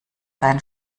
deinen